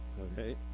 Okay